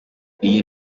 iyi